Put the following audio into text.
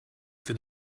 for